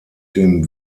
dem